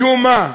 משום מה.